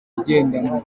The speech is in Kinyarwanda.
igendanwa